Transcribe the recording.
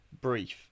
brief